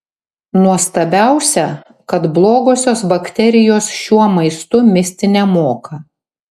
nuostabiausia kad blogosios bakterijos šiuo maistu misti nemoka